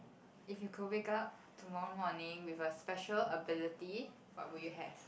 if you could wake up tomorrow morning with a special ability what would you have